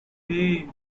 hey